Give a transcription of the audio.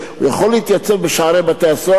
הוא יכול להתייצב בשערי בתי-הסוהר,